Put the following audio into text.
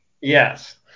Yes